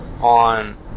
on